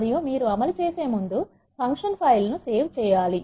మరియు మీరు అమలు చేసే ముందు ఫంక్షన్ ఫైల్ ను సేవ్ చేయాలి